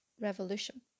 revolution